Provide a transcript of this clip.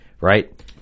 right